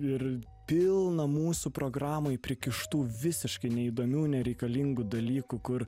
ir pilna mūsų programoj prikištų visiškai neįdomių nereikalingų dalykų kur